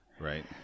right